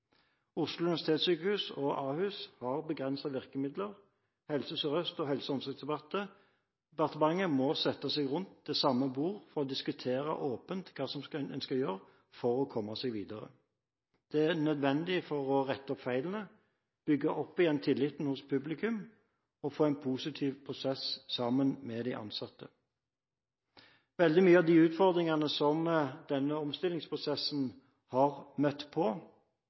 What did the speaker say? Oslo universitetssykehus og Ahus har begrensede virkemidler. Helse Sør-Øst og Helse- og omsorgsdepartementet må sette seg ned rundt samme bord for å diskutere åpent hva en skal gjøre for å komme seg videre. Det er nødvendig for å rette opp feilene, bygge opp igjen tilliten hos publikum og få en positiv prosess sammen med de ansatte. Veldig mye av de utfordringene som denne omstillingsprosessen har møtt på,